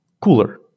cooler